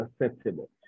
acceptable